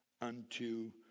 unto